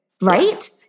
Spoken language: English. right